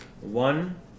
one